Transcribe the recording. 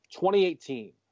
2018